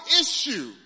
issue